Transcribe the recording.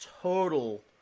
total